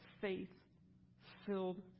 faith-filled